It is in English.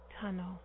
tunnel